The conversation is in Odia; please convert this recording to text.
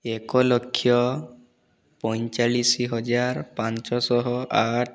ଏକଲକ୍ଷ ପଇଁଚାଳିଶି ହଜାର ପାଞ୍ଚଶହ ଆଠ